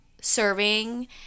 serving